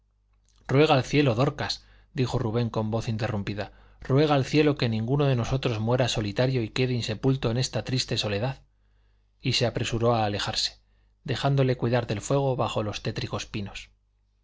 ruega al cielo dorcas dijo rubén con voz interrumpida ruega al cielo que ninguno de nosotros muera solitario y quede insepulto en esta triste soledad y se apresuró a alejarse dejándola cuidar del fuego bajo los tétricos pinos